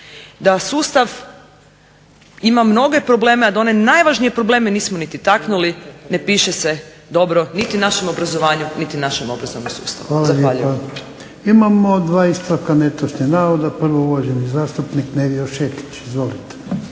da sustav ima mnoge probleme a da one najvažnije probleme nismo taknuli ne piše se dobro niti našem obrazovanju niti našem obrazovnom sustavu. Zahvaljujem. **Jarnjak, Ivan (HDZ)** Hvala lijepa. Imamo dva ispravka netočnog navoda prvo uvaženi zastupnik Nevio Šetić. Izvolite.